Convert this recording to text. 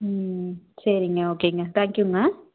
ம் சரிங்க ஓகேங்க தேங்க்கியூங்க